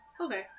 Okay